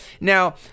Now